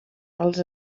els